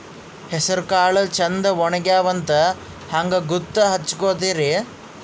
ಹೆಸರಕಾಳು ಛಂದ ಒಣಗ್ಯಾವಂತ ಹಂಗ ಗೂತ್ತ ಹಚಗೊತಿರಿ?